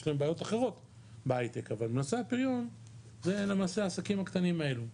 יש בעיות אחרות בהייטק אבל נושא הפריון זה למעשה העסקים הקטנים האלה.